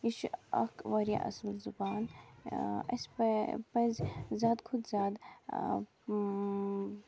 یہِ چھِ اَکھ واریاہ اصل زُبان اَسہِ پَہ پَزِ زیادٕ کھۄتہٕ زیادٕ